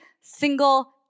single